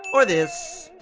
or this,